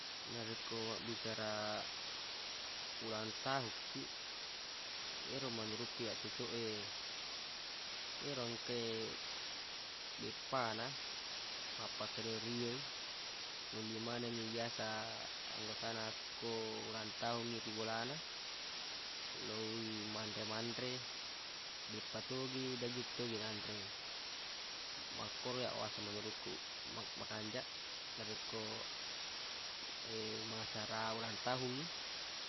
Narekko mabbicara ulang tahukkiq ero menurukku iyyaq cocoq e yero engke beppa na mappakario-rio i nolli manengngi biasa anggotana akko ulang tahungngi ri bolana lowwi manre-manre beppa togi daging togi nanre makkoro iyyaq waseng menurukku ma- makanjaq narekko mangacara ulang tahungngi.